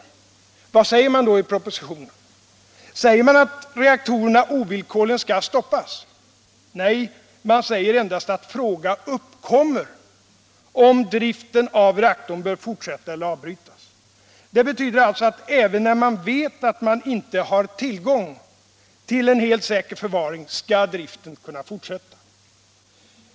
Vad säger man då i propositionen? Säger man att reaktorerna ovillkorligen skall stoppas? Nej, man säger endast att fråga uppkommer om driften av reaktorn bör fortsättas eller avbrytas. Det betyder alltså att även när man vet att man inte har tillgång till en helt säker förvaring skall driften kunna fortsätta.